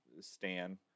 Stan